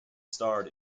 starred